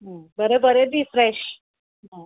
आं बरें बरें दी फ्रेश हय